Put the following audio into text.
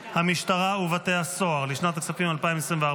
סעיף 52, המשטרה ובתי הסוהר, לשנת הכספים 2024,